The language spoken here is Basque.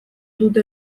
dute